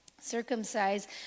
circumcised